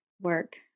work